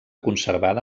conservada